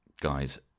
guys